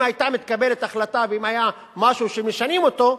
אם היתה מתקבלת החלטה ואם היה משהו שמשנים אותו,